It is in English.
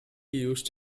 used